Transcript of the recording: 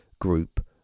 group